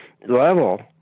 level